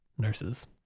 nurses